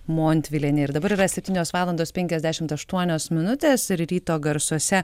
montvilienė ir dabar yra septynios valandos penkiasdešimt aštuonios minutės ir ryto garsuose